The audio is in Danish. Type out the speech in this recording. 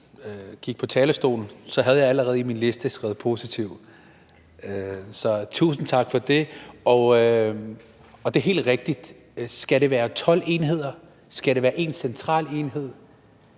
gik på talerstolen havde jeg allerede på min liste skrevet positiv, så tusind tak for det. Det er helt rigtigt: Skal det være 12 enheder, eller skal det være 1 central enhed?